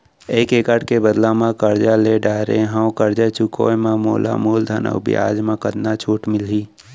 एक एक्कड़ के बदला म करजा ले डारे हव, करजा चुकाए म मोला मूलधन अऊ बियाज म कतका छूट मिलही?